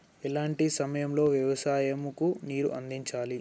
ఎలాంటి సమయం లో వ్యవసాయము కు నీరు అందించాలి?